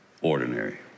ordinary